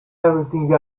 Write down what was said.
everything